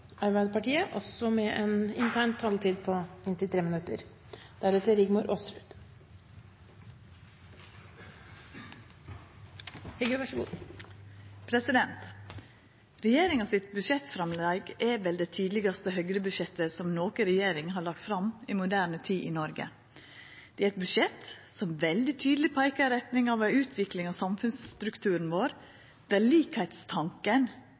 Arbeiderpartiet foreslo, og derfor burde man kompensert manglende skatteinngang for 2014. Regjeringa sitt budsjettframlegg er vel det tydelegaste Høgre-budsjettet som noka regjering har lagt fram i moderne tid i Noreg. Det er eit budsjett som veldig tydeleg peikar i retning av ei utvikling av samfunnsstrukturen vår der likskapstanken ikkje lenger skal vera den